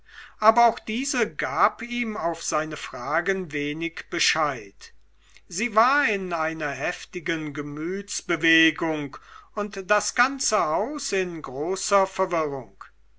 aber auch diese gab ihm auf seine fragen wenig bescheid sie war in einer heftigen gemütsbewegung und das ganze haus in großer verwirrung